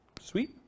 Sweet